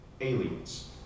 aliens